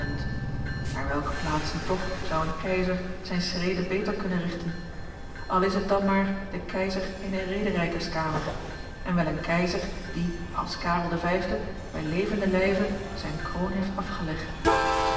naar welke plaatsen toch zou een keizer zijn schreden beter kunnen richten al is het dan maar de keizer eener rederijkerskamer en wel een keizer die als karel v bij levenden lijve zijn kroon heeft afgelegd